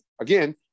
again